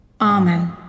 Amen